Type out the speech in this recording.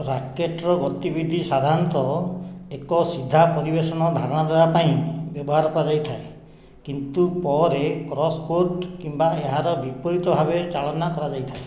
ରାକେଟ୍ର ଗତିବିଧି ସାଧାରଣତଃ ଏକ ସିଧା ପରିବେଷଣର ଧାରଣା ଦେବା ପାଇଁ ବ୍ୟବହାର କରାଯାଇଥାଏ କିନ୍ତୁ ପରେ କ୍ରସ୍କୋର୍ଟ କିମ୍ବା ଏହାର ବିପରୀତ ଭାବେ ଚାଳନା କରାଯାଇଥାଏ